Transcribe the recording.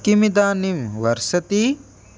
किमिदानीं वर्षति